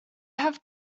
have